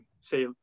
say